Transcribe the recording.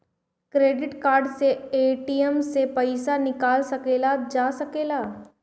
Credit card से ATM से पइसा निकाल सकल जाला की नाहीं?